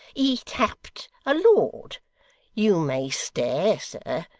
he tapped a lord you may stare, sir,